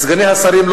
סגני השרים,